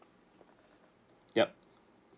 yup